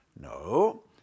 No